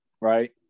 Right